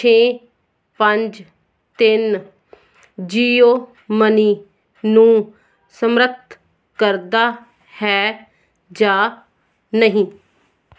ਛੇ ਪੰਜ ਤਿੰਨ ਜੀਓ ਮਨੀ ਨੂੰ ਸਮਰੱਥ ਕਰਦਾ ਹੈ ਜਾਂ ਨਹੀਂ